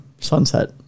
sunset